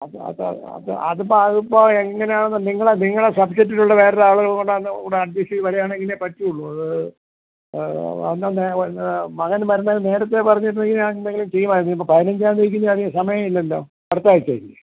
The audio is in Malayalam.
അത് അത് അത് അത് അതിപ്പം അതിപ്പോൾ എങ്ങനെയാണെന്ന് നിങ്ങൾ ആ നിങ്ങളെ സബ്ജക്റ്റിലുള്ള വേറെ ഒരാൾ കൂടെ ആണ് കൂടെ അഡ്ജസ്റ്റ് ചെയ്ത് വരുവാണെങ്കിലേ പറ്റുളളൂ അത് അന്നുതന്നെ വരുന്ന മകൻ വരുന്നത് നേരത്തേ പറഞ്ഞിരുന്നെങ്കിൽ ഞാൻ എന്തെങ്കിലും ചെയ്യുമായിരുന്നു ഇപ്പം പതിനഞ്ചാം തീയതിക്ക് ഇനി അധികം സമയം ഇല്ലല്ലോ അടുത്ത ആഴ്ചയല്ലേ